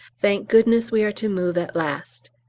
thank goodness we are to move at last.